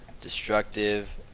destructive